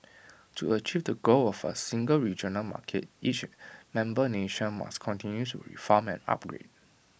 to achieve the goal of A single regional market each member nation must continue to reform and upgrade